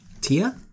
Tia